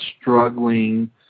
struggling